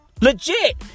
Legit